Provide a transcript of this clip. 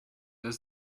there